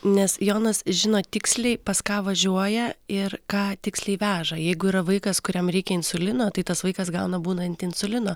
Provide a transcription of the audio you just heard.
nes jonas žino tiksliai pas ką važiuoja ir ką tiksliai veža jeigu yra vaikas kuriam reikia insulino tai tas vaikas gauna būnant insulino